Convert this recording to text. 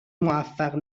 موفق